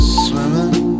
swimming